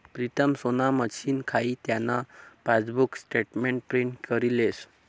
प्रीतम सोना मशीन खाई त्यान पासबुक स्टेटमेंट प्रिंट करी लेस